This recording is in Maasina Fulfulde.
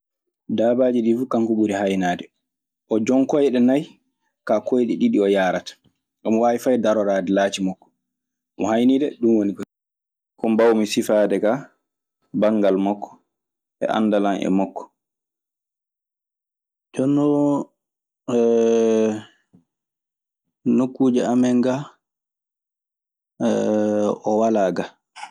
Daabaaji ɗii fuu kan ko ɓuri haynaade, o jon koyɗe nay kaa koyɗe ɗiɗi o yaarata. Omo waawi fey daroraade laaci makko omo hayni dee. Ko mbawmi sifaade kaa banngal makko e anndal an e makko. Joni non nokkuujeamen ga, o walaa ga.